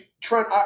Trent